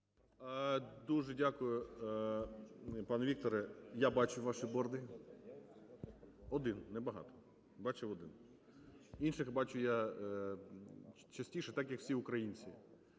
Дуже дякую, пане Вікторе. Я бачу ваші борди. Один, небагато, бачив один. Інших бачу я частіше так, як всі українці.